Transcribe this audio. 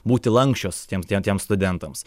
būti lanksčios tiems tiem tiems studentams